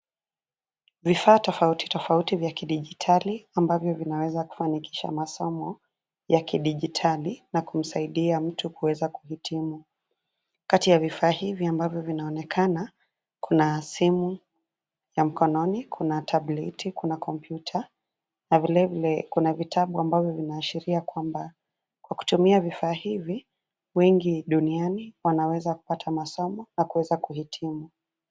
Vifaa tofauti tofauti vya kidigitali ambavyo vinaweza kufanikisha masomo, ya kidigitali na kumsaidia mtu kuweza kuhitimu. Kati ya vifaa hivi ambavyo vinaonekana, kuna simu ya mkononi, kuna tableti, kuna kompyuta, na vile vile kuna vitabu ambavyo vinaashiria kwamba kwa kutumia vifaa hivi, wengi duniani wanaweza kupata masomo na kuweza kuhitimu.